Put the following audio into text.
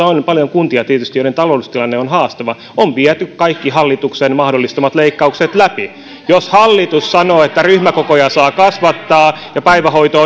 on tietysti paljon kuntia joiden taloustilanne on haastava on viety kaikki hallituksen mahdollistamat leikkaukset läpi jos hallitus sanoo että ryhmäkokoja saa kasvattaa ja päivähoito